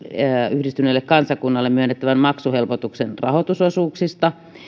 yhdistyneille kansakunnille myönnettävän maksuhelpotuksen rahoitusosuuksista